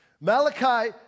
Malachi